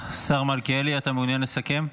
השר מלכיאלי, אתה מעוניין לסכם?